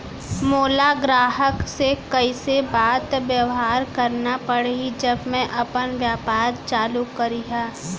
मोला ग्राहक से कइसे बात बेवहार करना पड़ही जब मैं अपन व्यापार चालू करिहा?